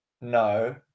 No